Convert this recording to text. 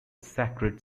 sacred